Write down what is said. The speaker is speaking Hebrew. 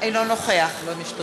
אינו נוכח לא משתתף.